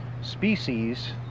species